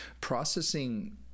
processing